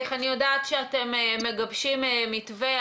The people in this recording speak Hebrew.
אני יודעת שאתם מגבשים מתווה.